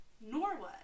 Norway